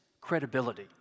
credibility